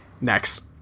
Next